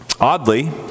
Oddly